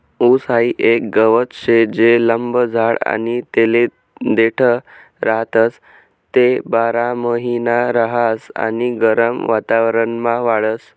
ऊस हाई एक गवत शे जे लंब जाड आणि तेले देठ राहतस, ते बारामहिना रहास आणि गरम वातावरणमा वाढस